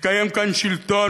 יתקיים כאן שלטון